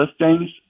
listings